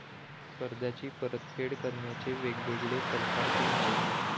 कर्जाची परतफेड करण्याचे वेगवेगळ परकार कोनचे?